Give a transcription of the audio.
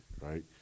right